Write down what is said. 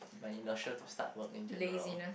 by inertia to start work in general